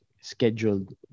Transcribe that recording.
scheduled